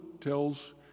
tells